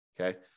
Okay